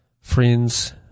Friends